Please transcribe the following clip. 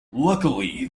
luckily